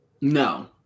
No